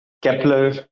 Kepler